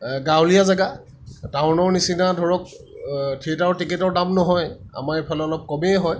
গাঁৱলীয়া জেগা টাউনৰ নিচিনা ধৰক থিয়েটাৰৰ টিকেটৰ দাম নহয় আমাৰ এইফালে অলপ কমেই হয়